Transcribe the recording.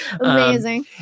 Amazing